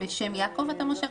בשם יעקב אתה מושך?